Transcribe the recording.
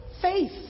faith